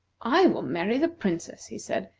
i will marry the princess, he said,